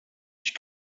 ich